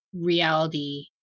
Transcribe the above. reality